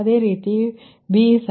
ಅದೇ ರೀತಿ bk4×5